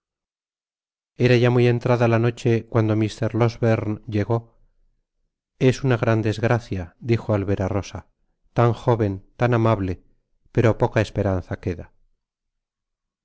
era ya muy entrada la noche cuando mr losbernc llegó es una gran desgracia dijo al ver á losa tan joven tan amable pero poca esperanza queda